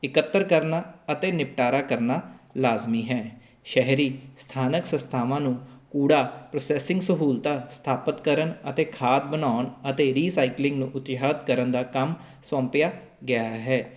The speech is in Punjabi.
ਇਕੱਤਰ ਕਰਨਾ ਅਤੇ ਨਿਪਟਾਰਾ ਕਰਨਾ ਲਾਜ਼ਮੀ ਹੈ ਸ਼ਹਿਰੀ ਸਥਾਨਕ ਸੰਸਥਾਵਾਂ ਨੂੰ ਕੂੜਾ ਪ੍ਰੋਸੈਸਿੰਗ ਸਹੂਲਤਾਂ ਸਥਾਪਿਤ ਕਰਨ ਅਤੇ ਖਾਦ ਬਣਾਉਣ ਅਤੇ ਰੀਸਾਈਕਲਿੰਗ ਨੂੰ ਉਤਸ਼ਾਹਤ ਕਰਨ ਦਾ ਕੰਮ ਸੌਂਪਿਆ ਗਿਆ ਹੈ